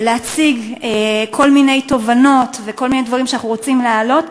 להציג כל מיני תובנות וכל מיני דברים שאנחנו רוצים להעלות.